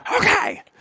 Okay